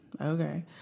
Okay